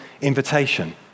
invitation